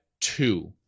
two